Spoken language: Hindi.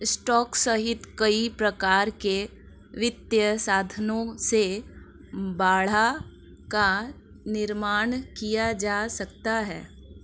स्टॉक सहित कई प्रकार के वित्तीय साधनों से बाड़ा का निर्माण किया जा सकता है